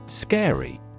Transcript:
Scary